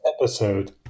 episode